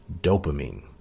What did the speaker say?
dopamine